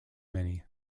many